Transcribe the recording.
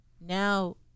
Now